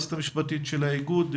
היועצת המשפטית של האיגוד,